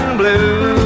blue